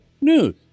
news